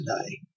today